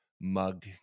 mug